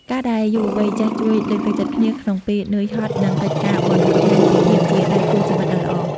ការដែលយុវវ័យចេះ "ជួយលើកទឹកចិត្តគ្នា" ក្នុងពេលនឿយហត់នឹងកិច្ចការបុណ្យ បង្ហាញពីភាពជាដៃគូជីវិតដ៏ល្អ។